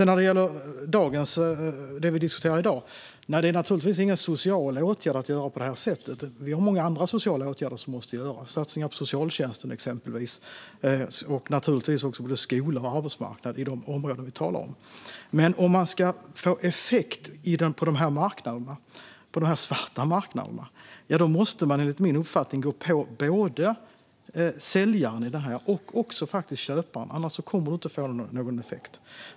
När det sedan gäller det vi diskuterar i dag är det naturligtvis ingen social åtgärd att göra på detta sätt. Det finns många andra sociala åtgärder som måste vidtas - satsningar på socialtjänsten exempelvis, och naturligtvis också på både skolor och arbetsmarknad i de områden vi talar om. Men om man ska få effekt på dessa svarta marknader måste man enligt min uppfattning gå på säljaren och faktiskt också köparen, annars kommer man inte att få någon effekt.